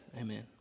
Amen